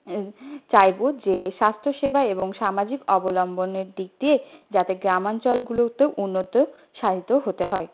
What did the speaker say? চাইব যে স্বাস্থ্যসেবা এবং সামাজিক অবলম্বনের দিক দিয়ে যাতে গ্রামাঞ্চলগুলোতেও উন্নত সাধিত হতে হয়